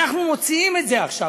אנחנו מוציאים את זה עכשיו,